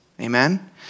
Amen